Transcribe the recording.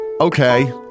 Okay